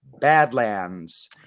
BADLANDS